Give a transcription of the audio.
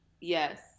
Yes